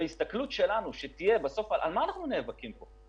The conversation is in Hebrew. על מה אנחנו נאבקים פה?